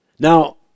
Now